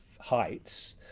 heights